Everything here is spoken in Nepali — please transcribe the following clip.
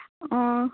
अँ